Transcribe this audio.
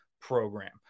program